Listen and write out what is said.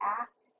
act